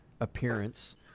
appearance